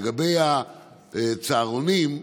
לגבי הצהרונים,